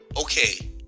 okay